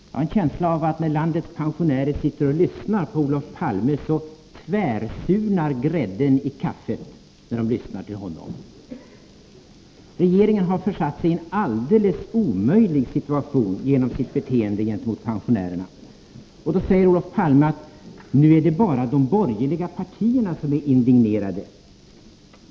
Jag har en känsla av att när landets pensionärer sitter och lyssnar på Olof Palme tvärsurnar grädden i kaffet. Regeringen har försatt sig i en alldeles omöjlig situation genom sitt beteende gentemot pensionärerna. Då säger Olof Palme att det bara är de borgerliga partierna som är indignerade.